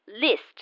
list